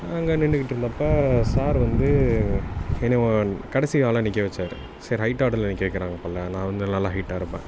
அங்கே நின்றுக்கிட்ருந்தப்ப சார் வந்து என்னை கடைசி ஆளாக நிற்க வைச்சாரு சரி ஹைட் ஆர்டரில் நிற்க வைக்கிறாங்க போல நான் வந்து நல்லா ஹைட்டாக இருப்பேன்